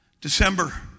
December